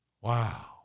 Wow